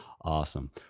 awesome